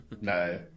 No